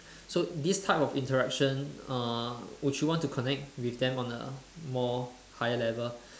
so this type of interaction uh would you want to connect with them on a more higher level